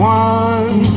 one